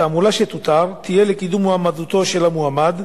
התעמולה שתותר תהיה לקידום מועמדותו של המועמד,